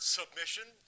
submission